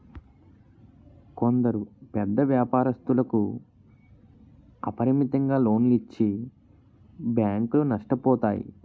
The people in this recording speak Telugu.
కొందరు పెద్ద వ్యాపారస్తులకు అపరిమితంగా లోన్లు ఇచ్చి బ్యాంకులు నష్టపోతాయి